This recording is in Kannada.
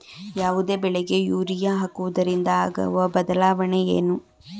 ಯಾವುದೇ ಬೆಳೆಗೆ ಯೂರಿಯಾ ಹಾಕುವುದರಿಂದ ಆಗುವ ಬದಲಾವಣೆ ಏನು?